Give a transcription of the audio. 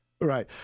Right